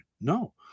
No